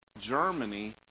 Germany